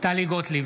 טלי גוטליב,